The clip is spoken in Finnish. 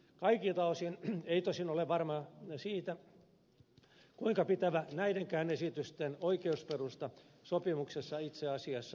kaikilta osin ei tosin ole varmuutta siitä kuinka pitävä näidenkään esitysten oikeusperusta sopimuksessa itse asiassa on